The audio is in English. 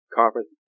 conference